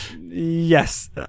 Yes